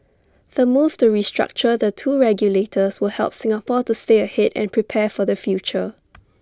the move to restructure the two regulators will help Singapore to stay ahead and prepare for the future